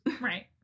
Right